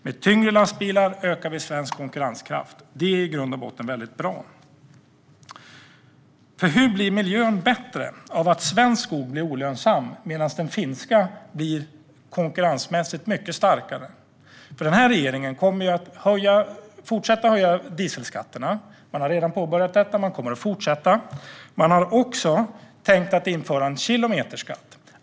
Med tyngre lastbilar ökar vi svensk konkurrenskraft. Det är i grund och botten väldigt bra. Hur blir miljön bättre av att svensk skog blir olönsam medan den finska blir konkurrensmässigt mycket starkare? Den här regeringen kommer att fortsätta att höja dieselskatterna. Man har redan påbörjat detta, och man kommer att fortsätta. Man har också tänkt att införa en kilometerskatt.